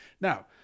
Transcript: Now